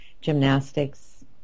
gymnastics